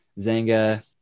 Zanga